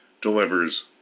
delivers